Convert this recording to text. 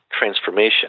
transformation